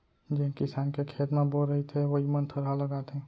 जेन किसान के खेत म बोर रहिथे वोइ मन थरहा लगाथें